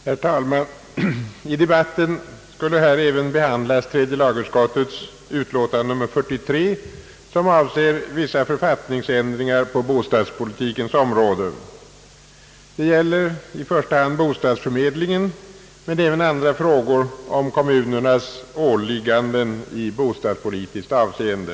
Herr talman! I debatten skall här även behandlas tredje lagutskottets utlåtande nr 43 som avser vissa författningsändringar på <:bostadspolitikens område. Det gäller i första hand bostadsförmedlingen, men även andra frågor om kommunernas åligganden i bostadspolitiskt avseende.